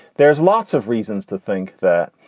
there's lots of reasons to think that